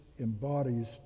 embodies